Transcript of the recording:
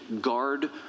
guard